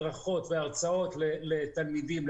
הדרכות והרצאות לתלמידים,